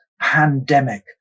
pandemic